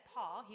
Paul